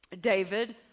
David